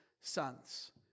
sons